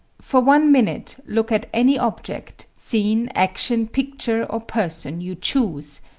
for one minute, look at any object, scene, action, picture, or person you choose,